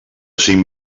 cinc